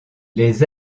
les